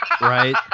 Right